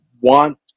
want